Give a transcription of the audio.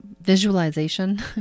visualization